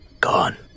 Gone